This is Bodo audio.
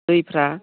दैफोरा